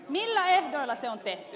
millä ehdoilla se on tehty